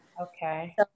Okay